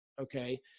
okay